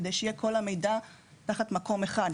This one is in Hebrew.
כדי שיהיה כל המידע במקום אחד.